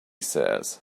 says